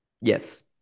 Yes